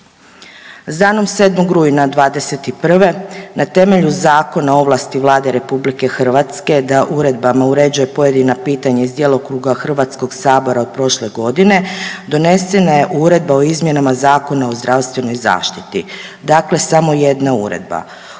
danom 7. rujna '21. na temelju Zakona o ovlasti Vlade RH da uredbama uređuje pojedina pitanja iz djelokruga HS od prošle godine donesena je Uredba o izmjenama Zakona o zdravstvenoj zaštiti, dakle samo jedna uredba.